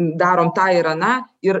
darom tą ir aną ir